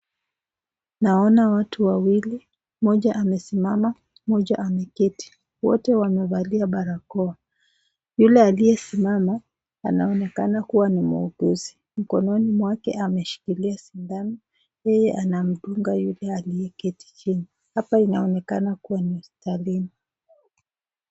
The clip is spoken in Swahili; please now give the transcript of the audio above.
Naona watu wawili , mmoja amesimama , mmoja ameketi , wote wamevalia barakoa , yule aliyesimama anaonekana kuwa ni muuguzi mkononi mwake ameshikilia sidano ili anamdunga yule aliyeketi chini ,hapa inaonekana kuwa ni hospitalini.